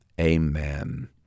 amen